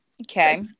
Okay